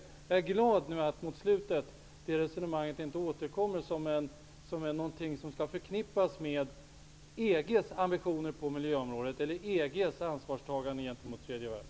Jag är glad att det resonemanget inte återkommer som något som skall förknippas med EG:s ambitioner på miljöområdet eller med EG:s ansvarstagande gentemot tredje världen.